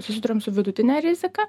susiduriam su vidutine rizika